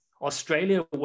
Australia